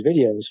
videos